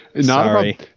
Sorry